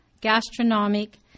gastronomic